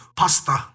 pasta